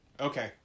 Okay